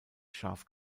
scharf